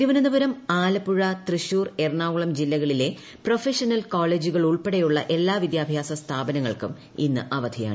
തിരുവനന്തപുരം ആലപ്പുഴ തൃശൂർ എറണാകുളം ജില്ലകളിലെ പ്രൊഫഷണൽ കോളേജുകൾ ഉൾപ്പെടെയുള്ള എല്ലാ വിദ്യാഭ്യാസ സ്ഥാപനങ്ങൾക്കും ഇന്ന് അവധിയാണ്